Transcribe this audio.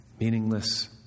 Meaningless